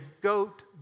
goat